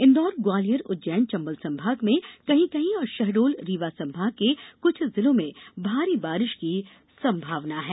इंदौर ग्वालियर उज्जैन चंबल संभाग में कहीं कहीं और शहडोल रीवा संभाग के कुछ जिलों भारी वर्षा की संभावना है